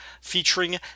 featuring